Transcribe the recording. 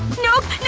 nope!